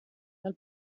del